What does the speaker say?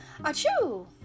Achoo